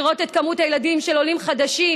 כדי לראות את כמות הילדים של עולים חדשים